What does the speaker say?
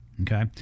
Okay